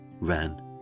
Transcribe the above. ran